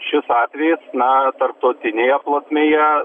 šis atvejis na tarptautinėje plotmėje